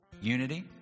Unity